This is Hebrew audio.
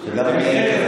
אתה צודק, אני מסכים איתך.